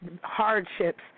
hardships